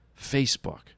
Facebook